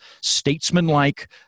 statesmanlike